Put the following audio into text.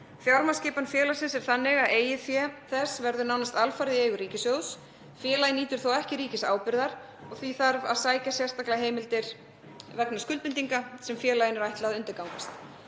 Fjármagnsskipan félagsins er þannig að eigið fé þess verður nánast alfarið í eigu ríkissjóðs. Félagið nýtur þó ekki ríkisábyrgðar og því þarf að sækja sérstaklega heimildir vegna skuldbindinga sem félaginu er ætlað undirgangast.